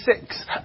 six